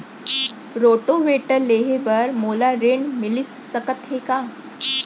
Rotavator लेहे बर मोला ऋण मिलिस सकत हे का?